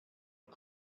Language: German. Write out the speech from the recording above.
und